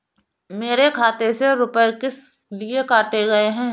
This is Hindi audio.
मेरे खाते से रुपय किस लिए काटे गए हैं?